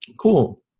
Cool